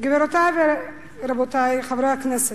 גבירותי ורבותי חברי הכנסת,